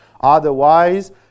Otherwise